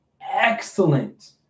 excellent